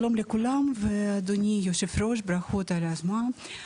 שלום לכולם ואדוני יושב הראש, ברכות על ההזמנה.